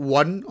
one